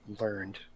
learned